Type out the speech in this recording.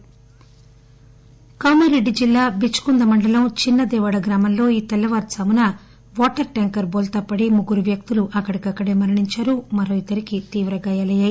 ప్రమాదం కామారెడ్డి జిల్లా బీచ్కుంద మండలం చిన్న దేవాడ గ్రామంలో ఈ తెల్లవారుఝామున వాటర్ ట్యాంకర్ బోల్తా పడి ముగ్గురు వ్యక్తులు అక్కడికక్కడే మృతి చెందారు మరో ఇద్దరికి తీవ్ర గాయాలయ్యాయి